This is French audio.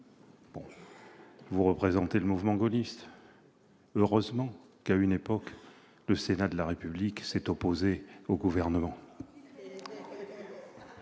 Vous représentez le mouvement gaulliste : heureusement qu'à une époque le Sénat de la République s'est opposé au Gouvernement